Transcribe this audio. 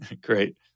great